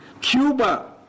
Cuba